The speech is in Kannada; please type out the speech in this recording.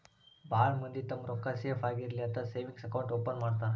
ಭಾಳ್ ಮಂದಿ ತಮ್ಮ್ ರೊಕ್ಕಾ ಸೇಫ್ ಆಗಿರ್ಲಿ ಅಂತ ಸೇವಿಂಗ್ಸ್ ಅಕೌಂಟ್ ಓಪನ್ ಮಾಡ್ತಾರಾ